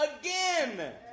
again